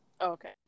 Okay